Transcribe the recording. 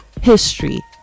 history